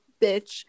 bitch